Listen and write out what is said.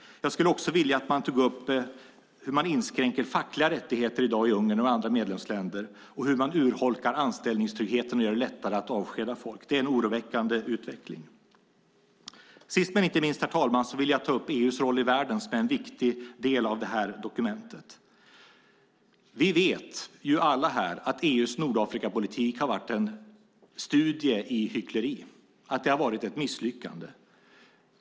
Jag skulle också vilja att man tog upp att man i dag inskränker fackliga rättigheter i Ungern och andra medlemsländer, urholkar anställningstryggheten och gör det lättare att avskeda människor. Det är en oroväckande utveckling. Herr talman! Sist men inte minst vill jag ta upp EU:s roll i världen, som är en viktig del av dokumentet. Vi vet alla här att EU:s Nordafrikapolitik är en studie i hyckleri och har varit ett misslyckande.